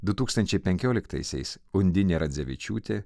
du tūkstančiai penkioliktaisiais undinė radzevičiūtė